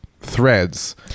threads